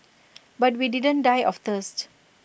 but we didn't die of thirst